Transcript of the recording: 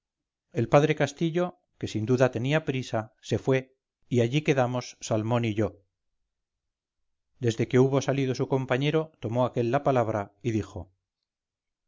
el padre castillo que sin duda tenía prisa se fue y allí quedamos salmón y yo desde que hubo salido su compañero tomó aquel la palabra y dijo